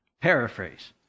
Paraphrase